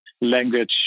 language